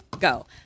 go